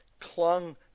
clung